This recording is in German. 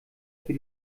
für